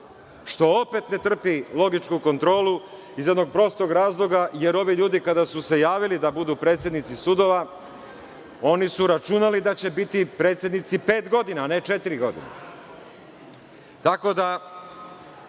što opet ne trpi logičku kontrolu iz jednog prostog razloga, jer ovi ljudi kada su se javili da budu predsednici sudova računali su da će biti predsednici pet godina a ne četiri godine. Tako